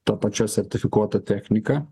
ta pačia sertifikuota technika